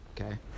okay